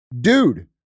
dude